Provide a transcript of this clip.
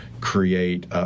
create